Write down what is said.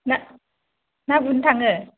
ना ना गुरनो थांनो